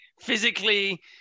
physically